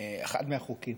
אחד מהחוקים